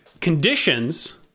conditions